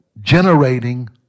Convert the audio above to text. generating